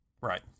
Right